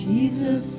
Jesus